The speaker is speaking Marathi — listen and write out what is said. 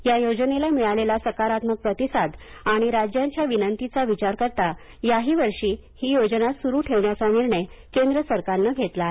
या योजनेला मिळालेला सकारात्मक प्रतिसाद आणि राज्यांच्या विनंतीचा विचार करता याही वर्षी ही योजना सुरू ठेवण्याचा निर्णय केंद्र सरकारने घेतला आहे